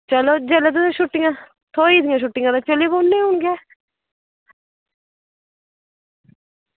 चलो जेल्लै तुसेंगी छुट्टियां थ्होई दियां छुट्टियां चली पौने आं हून गै